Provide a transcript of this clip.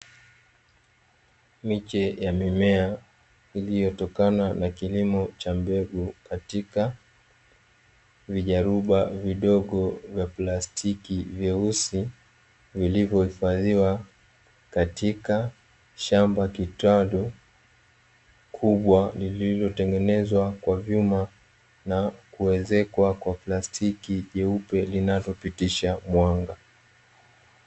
Miche ya mimea iliyotokana na kilimo cha mbegu katika vijaruba vidogo vya plastiki vyeusi, vilivyohifadhiwa katika shamba kitalu kubwa lililotengenezwa kwa vyuma na kuezekwa kwa plastiki jeupe linalopitisha mwanga.